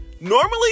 normally